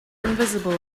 invisible